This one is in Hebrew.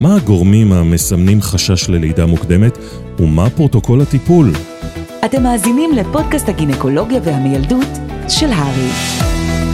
מה הגורמים המסמנים חשש ללידה מוקדמת? ומה פרוטוקול הטיפול? אתם מאזינים לפודקאסט הגינקולוגיה והמילדות של הרי.